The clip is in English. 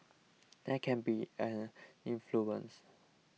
there can be an influence